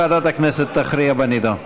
ועדת הכנסת תכריע בנדון.